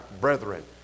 brethren